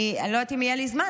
אני לא יודעת אם יהיה לי זמן,